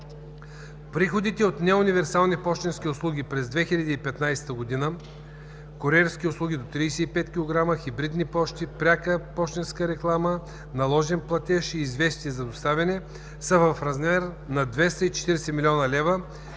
Приходите от неуниверсални пощенски услуги през 2015 г. – куриерски услуги до 35 кг, хибридна поща, пряка пощенска реклама, наложен платеж и известия за доставяне, са в размер на 240 млн. лв.,